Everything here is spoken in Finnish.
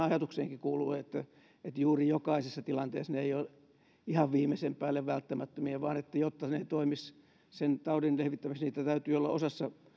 ajatukseenkin kuuluu että jokaisessa tilanteessa ne eivät ole ihan viimeisen päälle välttämättömiä vaan jotta ne toimisivat sen taudin lievittämiseksi niissä täytyy olla osassa